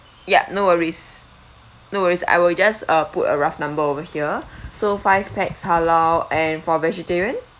ya no worries no worries I will just uh put a rough number over here so five pax halal and for vegetarian